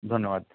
ধন্যবাদ